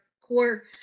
core